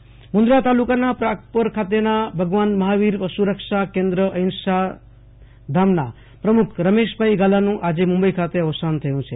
અવસાન મુંદરા તાલુકાના પ્રાગપર ખાતેના ભગવાન મહાવીર પશુ રક્ષા કેન્દ્ર એન્કરવાલા અહિંસા ધામના પ્રમુખ રમેશભાઈ ગાલાનું આજે મુંબઈ ખાતે અવસાન થયું છે